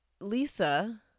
Lisa